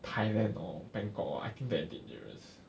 thailand or bangkok ah I think very dangerous